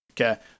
Okay